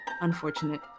unfortunate